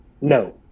no